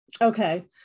Okay